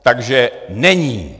Takže není.